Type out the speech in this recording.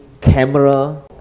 camera